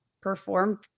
performed